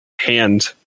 hand